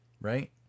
right